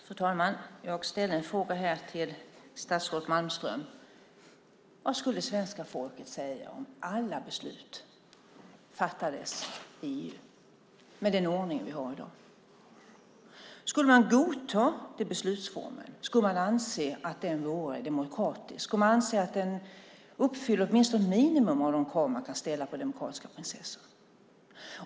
Fru talman! Jag ställde några frågor till statsrådet Malmström: Vad skulle svenska folket säga om alla beslut fattades i EU med den ordning vi har i dag? Skulle man godta beslutsformen? Skulle man anse att den vore demokratisk? Skulle man anse att den uppfyller ett minimum av de krav man kan ställa på demokratiska processer?